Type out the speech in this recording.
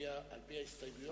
על-פי ההסתייגות שלך,